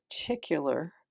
particular